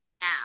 now